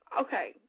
Okay